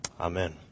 Amen